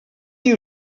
you